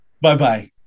Bye-bye